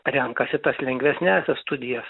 renkasi tas lengvesniąsias studijas